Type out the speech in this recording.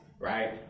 Right